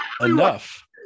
enough